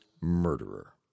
murderer